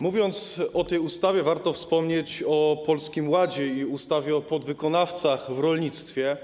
Mówiąc o tej ustawie, warto wspomnieć o Polskim Ładzie i ustawie o podwykonawcach w rolnictwie,